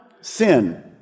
sin